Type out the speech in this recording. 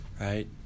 right